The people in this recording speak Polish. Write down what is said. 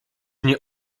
nie